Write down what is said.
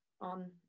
on